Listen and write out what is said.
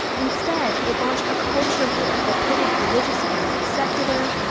instead, it launched a culture war that pitted religious against secular,